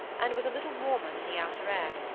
and was a little warmer than the outer air.